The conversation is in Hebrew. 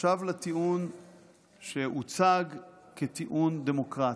עכשיו לטיעון שהוצג כטיעון דמוקרטי,